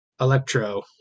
Electro